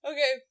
Okay